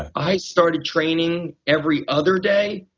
i started training every other day,